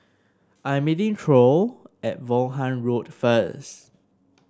I'm meeting Troy at Vaughan Road first